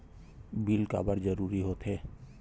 Bill काबर जरूरी होथे?